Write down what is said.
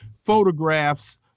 photographs